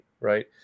right